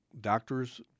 doctors